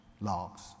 logs